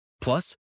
Plus